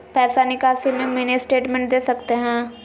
पैसा निकासी में मिनी स्टेटमेंट दे सकते हैं?